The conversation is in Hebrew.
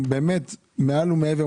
שבאמת מגיע להם מעל ומעבר,